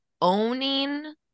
owning